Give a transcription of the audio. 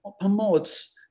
promotes